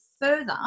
further